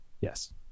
yes